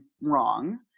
wrong